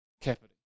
capital